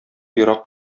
ерак